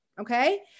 Okay